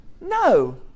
No